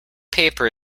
paper